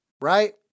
Right